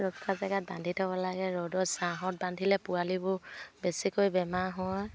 ৰদ পৰা জেগাত বান্ধি থ'ব লাগে ৰ'দৰ ছাঁত বান্ধিলে পোৱালিবোৰ বেছিকৈ বেমাৰ হয়